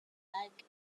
unlike